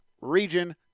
region